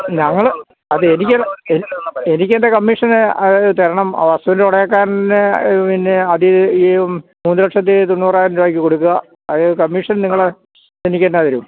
ഞങ്ങള് അത് എനിക്ക് എനിക്കെൻ്റെ കമ്മിഷന് അത് തരണം വസ്തുവിന്റെ ഉടമസ്ഥന് പിന്നെ അത് ഈ മൂന്ന് ലക്ഷത്തി തൊണ്ണൂറായിരം രൂപ കൊടുക്കുക അതായത് കമ്മിഷൻ നിങ്ങള് എനിക്കെന്തു തരും